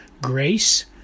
grace